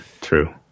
true